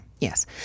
Yes